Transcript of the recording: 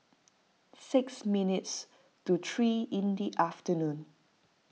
six minutes to three in the afternoon